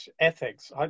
ethics